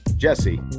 Jesse